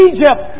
Egypt